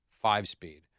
five-speed